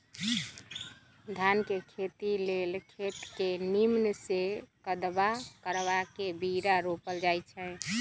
धान के खेती लेल खेत के निम्मन से कदबा करबा के बीरा रोपल जाई छइ